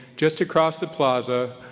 just across the plaza,